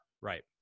right